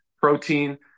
protein